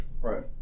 Right